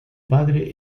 padre